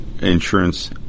insurance